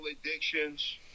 addictions